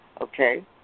Okay